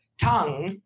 tongue